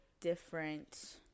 different